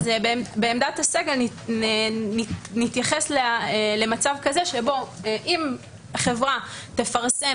בעמדת הסגל נתייחס למצב כזה שבו אם החברה תפרסם